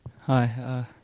Hi